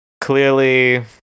Clearly